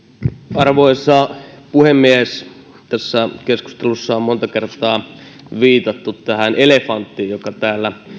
arvoisa puhemies tässä keskustelussa on monta kertaa viitattu tähän elefanttiin joka täällä